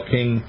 King